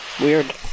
Weird